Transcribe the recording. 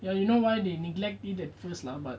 ya you know why they neglect it at first lah but